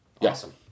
Awesome